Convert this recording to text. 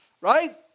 right